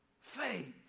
faith